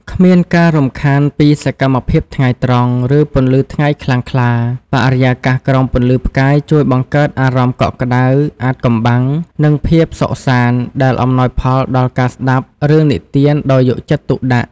គ្មានការរំខានពីសកម្មភាពថ្ងៃត្រង់ ឬពន្លឺថ្ងៃខ្លាំងក្លា បរិយាកាសក្រោមពន្លឺផ្កាយជួយបង្កើតអារម្មណ៍កក់ក្ដៅ អាថ៌កំបាំង និងភាពសុខសាន្ត ដែលអំណោយផលដល់ការស្ដាប់រឿងនិទានដោយយកចិត្តទុកដាក់ ។